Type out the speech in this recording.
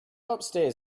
upstairs